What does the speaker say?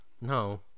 No